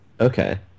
Okay